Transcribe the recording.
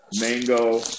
mango